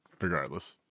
regardless